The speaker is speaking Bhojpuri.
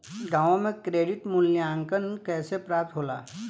गांवों में क्रेडिट मूल्यांकन कैसे प्राप्त होला?